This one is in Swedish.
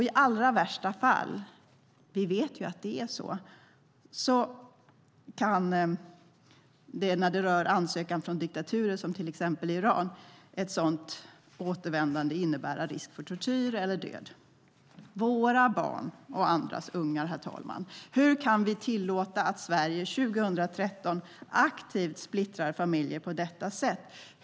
I allra värsta fall - vi vet att dessa fall finns - kan, när det rör ansökan från diktaturer som till exempel Iran, ett sådant återvändande innebära risk för tortyr eller död. Våra barn och andras ungar, herr talman. Hur kan vi tillåta att Sverige 2013 aktivt splittrar familjer på detta sätt?